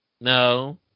No